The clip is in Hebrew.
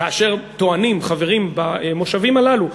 כאשר טוענים חברים במושבים הללו,